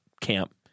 camp